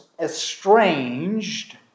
estranged